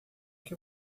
que